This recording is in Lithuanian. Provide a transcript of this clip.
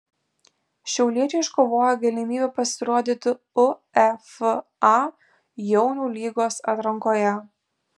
šiauliečiai iškovojo galimybę pasirodyti uefa jaunių lygos atrankoje